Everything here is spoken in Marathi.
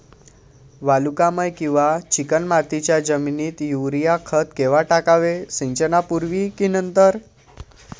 वालुकामय किंवा चिकणमातीच्या जमिनीत युरिया खत केव्हा टाकावे, सिंचनापूर्वी की नंतर?